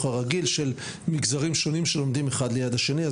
הרגיל של מגזרים שונים שלומדים אחד לצד השני,